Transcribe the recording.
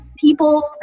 people